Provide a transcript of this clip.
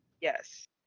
yes